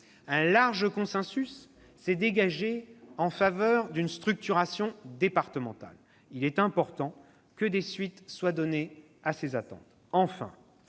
Un large consensus s'est dégagé en faveur d'une structuration départementale. Il est important que des suites soient données à ces attentes.